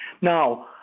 Now